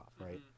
right